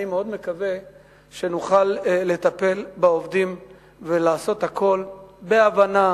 אני מאוד מקווה שנוכל לטפל בעובדים ולעשות הכול בהבנה,